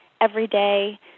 everyday